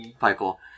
Michael